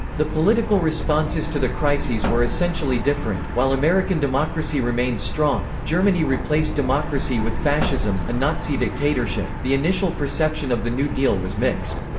the political responses to the crises were essentially different while american democracy remained strong, germany replaced democracy with fascism, a nazi dictatorship the initial perception of the new deal was mixed.